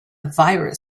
virus